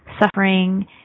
suffering